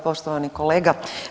Poštovani kolega.